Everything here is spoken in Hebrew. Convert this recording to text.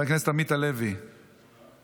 חבר הכנסת יבגני סובה,